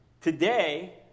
today